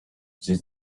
this